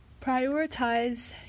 prioritize